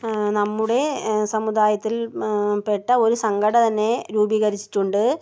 നമ്മുടെ സമുദായത്തിൽ പെട്ട ഒരു സംഘടനയെ രൂപീകരിച്ചിട്ടുണ്ട്